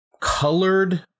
colored